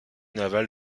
naval